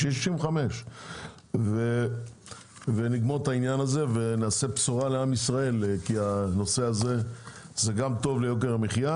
יהיה גיל 65. ניתן בשורה לעם ישראל כי הנושא הזה טוב גם ליוקר המחייה